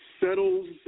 Settles